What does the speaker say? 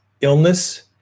illness